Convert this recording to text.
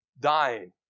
dying